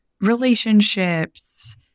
relationships